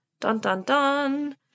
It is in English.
dun-dun-dun